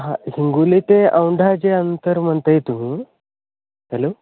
हां हिंगोली ते औंढा जे अंतर म्हणताय तुम्ही हॅलो